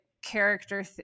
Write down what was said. character